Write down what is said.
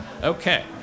Okay